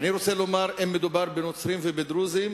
אני רוצה לומר שאם מדובר בנוצרים ובדרוזים,